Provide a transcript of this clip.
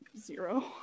zero